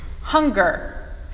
Hunger